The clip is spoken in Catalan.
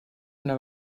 una